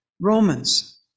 Romans